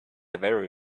very